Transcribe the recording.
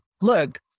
look